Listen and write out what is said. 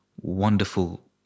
wonderful